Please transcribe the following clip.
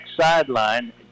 sideline